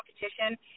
competition